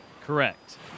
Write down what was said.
Correct